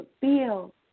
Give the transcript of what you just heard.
feel